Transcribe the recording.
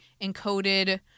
encoded